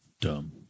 dumb